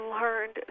learned